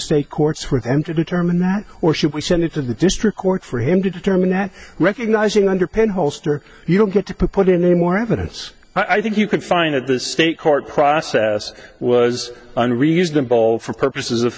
state courts for them to determine that or should we send it to the district court for him to determine that recognizing underpin holster you don't get to put in a more evidence i think you could find that the state court process was unreasonable for purposes